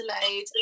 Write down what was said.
delayed